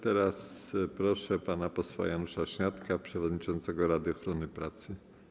Teraz proszę pana posła Janusza Śniadka, przewodniczącego Rady Ochrony Pracy.